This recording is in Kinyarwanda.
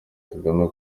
kagame